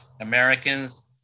Americans